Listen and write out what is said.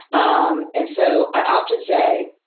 um and so i often say,